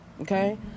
okay